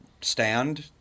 stand